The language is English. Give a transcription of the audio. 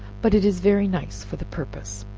but it is very nice for the purpose.